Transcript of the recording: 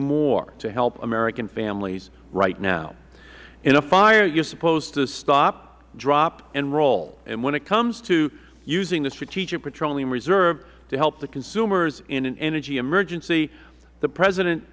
more to help american families right now in a fire you are supposed to stop drop and roll and when it comes to using the strategic petroleum reserve to help the consumers in an energy emergency the president